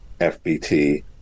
FBT